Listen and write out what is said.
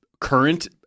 current